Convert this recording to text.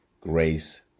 Grace